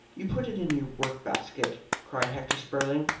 you put it in your work-basket, cried hector spurling.